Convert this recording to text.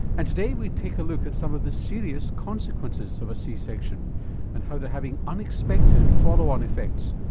and today we take a look at some of the serious consequences of a c-section and how they're having unexpected follow on effects,